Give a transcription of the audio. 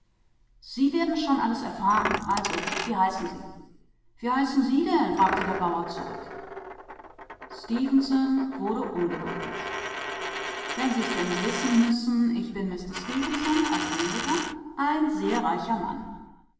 sie werden schon alles erfahren also wie heißen sie wie heißen sie denn fragte der bauer zurück stefenson wurde ungeduldig wenn sie es denn wissen müssen ich bin mister stefenson aus amerika ein sehr reicher mann